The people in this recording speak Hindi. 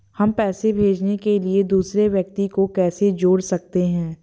हम पैसे भेजने के लिए दूसरे व्यक्ति को कैसे जोड़ सकते हैं?